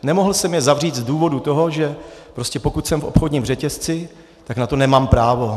Nemohl jsem je zavřít z důvodu toho, že prostě pokud jsem v obchodním řetězci, tak na to nemám právo.